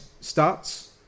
starts